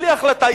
בלי החלטה,